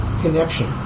connection